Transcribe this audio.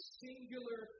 singular